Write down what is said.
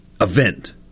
event